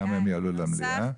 גם הו יעלו למליאה.